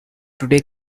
today